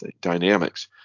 dynamics